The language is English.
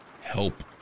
help